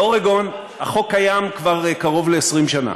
באורגון החוק קיים כבר קרוב ל-20 שנה.